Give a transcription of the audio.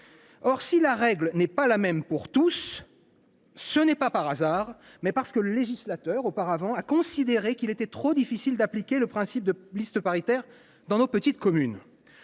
Or, si la règle n’est pas la même pour tous, c’est non pas par hasard, mais parce que le législateur a considéré qu’il était trop difficile d’appliquer le principe de liste paritaire dans nos petites communes.